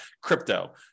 crypto